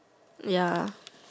ya